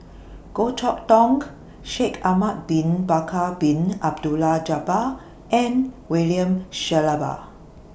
Goh Chok Tong Shaikh Ahmad Bin Bakar Bin Abdullah Jabbar and William Shellabear